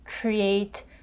create